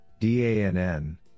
DANN